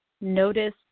notice